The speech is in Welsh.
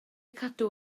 cadw